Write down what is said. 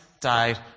died